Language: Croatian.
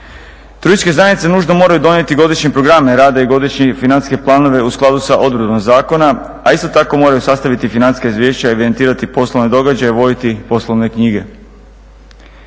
Turističke zajednice nužno moraju donijeti godišnje programe rada i godišnje financijske planove u skladu sa odredbama zakona, a isto tako moraju sastaviti financijska izvješća i evidentirati poslovne događaje, voditi poslovne knjige.